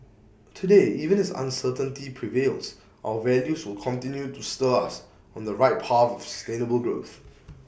today even as uncertainty prevails our values will continue to stir us on the right path of sustainable growth